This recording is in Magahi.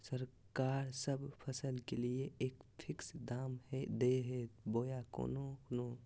सरकार सब फसल के लिए एक फिक्स दाम दे है बोया कोनो कोनो?